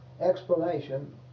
explanation